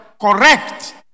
correct